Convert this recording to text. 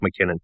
McKinnon